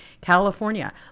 California